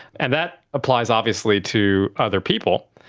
and that applies obviously to other people.